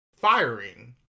firing